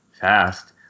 fast